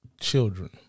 children